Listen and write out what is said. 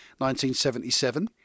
1977